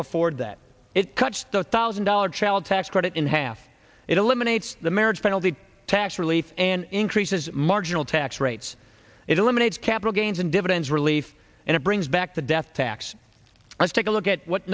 afford that it cuts the thousand dollars child tax credit in half it eliminates the marriage penalty tax relief and increases marginal tax rates it eliminates capital gains and dividends relief and it brings back the death tax let's take a look at what